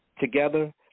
Together